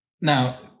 now